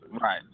Right